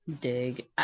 dig